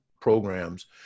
programs